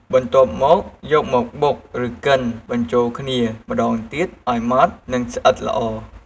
បន្ទាប់មកយកមកបុក ឬកិនបញ្ចូលគ្នាម្ដងទៀតឱ្យម៉ត់ និងស្អិតល្អ។